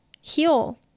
heal